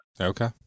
Okay